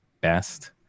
best